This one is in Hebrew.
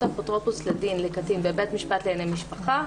אפוטרופוס לדין לקטין בבית משפט לענייני משפחה,